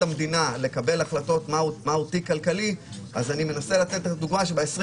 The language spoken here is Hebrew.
המדינה לקבל החלטות מהו תיק כלכלי אני מנסה להביא דוגמה שב-20